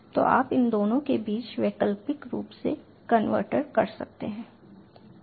तो आप इन दोनों के बीच वैकल्पिक रूप से कन्वर्ट कर सकते हैं